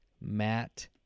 Matt